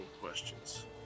questions